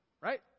Right